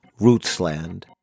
Rootsland